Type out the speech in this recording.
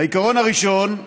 העיקרון הראשון: